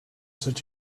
such